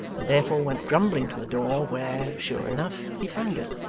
and therefore went grumbling to the door where, sure enough, he found it.